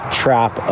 trap